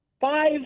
five